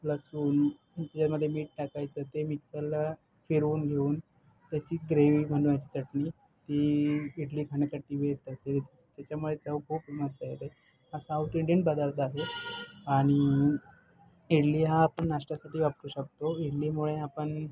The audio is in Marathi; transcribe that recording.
लसूण त्याच्यामध्ये मीठ टाकायचं ते मिक्सरला फिरवून घेऊन त्याची ग्रेवी बनवायची चटणी ती इडली खाण्यासाठी बेस्ट असते त्या त्याच्यामुळे चव खूप मस्त येते हा साऊथ इंडियन पदार्थ आहे आणि इडली हा आपण नाश्त्यासाठी वापरू शकतो इडलीमुळे आपण